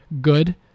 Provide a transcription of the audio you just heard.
good